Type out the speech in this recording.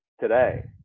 today